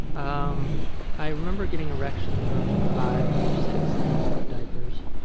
um i remember getting erections when i was like five or six thinking about diapers.